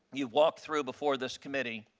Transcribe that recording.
you walk through before this committee,